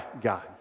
God